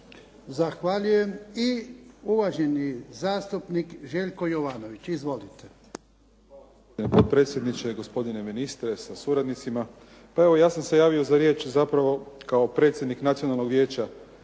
Zahvaljujem. I uvaženi zastupnik Željko Jovanović. Izvolite.